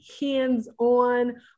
hands-on